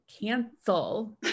cancel